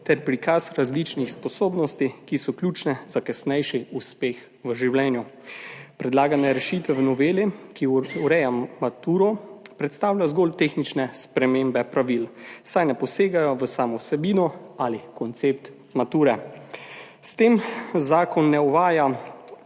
ter prikaz različnih sposobnosti, ki so ključne za kasnejši uspeh v življenju. Predlagane rešitve v noveli, ki ureja maturo, predstavljajo zgolj tehnične spremembe pravil, saj ne posegajo v samo vsebino ali koncept mature. S tem zakon ne uvaja